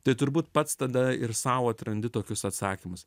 tai turbūt pats tada ir sau atrandi tokius atsakymus